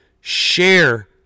share